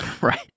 Right